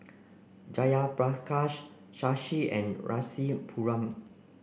Jayaprakash Shashi and Rasipuram